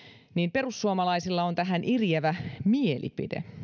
perussuomalaisilla on tähän eriävä mielipide